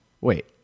Wait